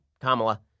Kamala